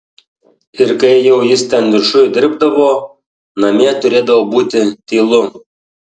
ir kai jau jis ten viršuj dirbdavo namie turėdavo būti tylu